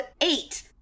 eight